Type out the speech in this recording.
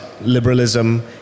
liberalism